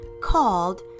called